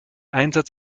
einsatz